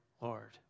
Lord